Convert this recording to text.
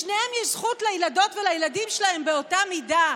לשניהם יש זכויות לילדות ולילדים שלהם באותה מידה.